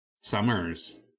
Summers